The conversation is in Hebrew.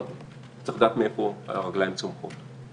רק צריך לדעת מאיפה הרגליים צומחות.